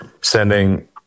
sending